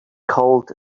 called